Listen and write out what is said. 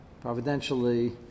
providentially